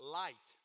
light